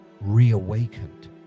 reawakened